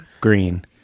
green